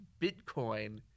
Bitcoin